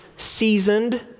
seasoned